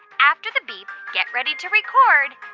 after the beep, get ready to record